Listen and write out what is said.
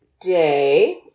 day